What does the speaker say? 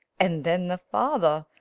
and then the father,